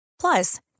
Plus